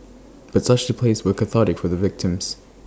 but such displays were cathartic for the victims